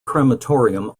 crematorium